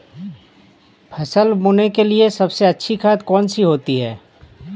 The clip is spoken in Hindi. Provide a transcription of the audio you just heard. फसल बोने के लिए सबसे अच्छी खाद कौन सी होती है?